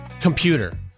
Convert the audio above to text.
Computer